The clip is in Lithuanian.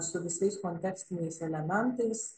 su visais kontekstiniais elementais